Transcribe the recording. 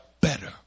Better